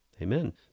Amen